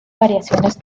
variaciones